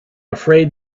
afraid